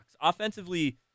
Offensively